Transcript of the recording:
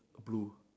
blue